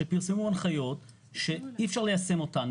שפרסמו הנחיות שאי אפשר ליישם אותן.